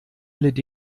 led